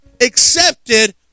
accepted